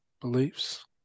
beliefs